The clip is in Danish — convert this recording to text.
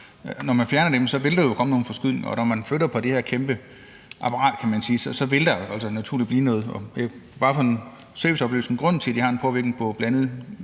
eller andet tidspunkt, så vil der jo komme nogle forskydninger, og når man flytter på det her kæmpe apparat, kan man sige, vil der jo naturligt ske noget. Bare som en serviceoplysning: Grunden til, at det har en påvirkning på bl.a.